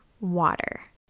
water